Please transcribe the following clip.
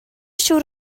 siŵr